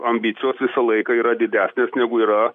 ambicijos visą laiką yra didesnės negu yra